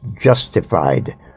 justified